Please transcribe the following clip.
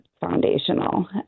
foundational